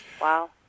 Wow